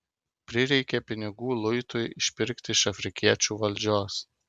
prireikė pinigų luitui išpirkti iš afrikiečių valdžios